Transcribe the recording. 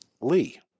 Lee